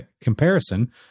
comparison